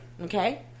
Okay